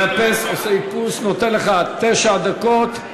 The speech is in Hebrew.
מאפס, עושה איפוס, נותן לך תשע דקות.